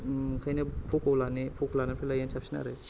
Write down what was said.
ओंखायनो प'क' लानो प'क' लानायनिफ्राय लायैआनो साबसिन आरो